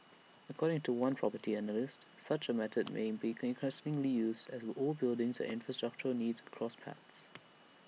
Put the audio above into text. according to one property analyst such A method may become increasingly used as old buildings and infrastructural needs cross paths